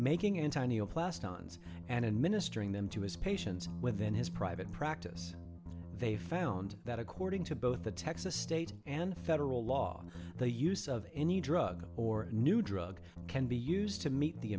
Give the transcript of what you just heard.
making antinea plast ons and administering them to his patients within his private practice they found that according to both the texas state and federal law the use of any drug or a new drug can be used to meet the